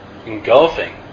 engulfing